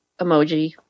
emoji